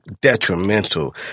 detrimental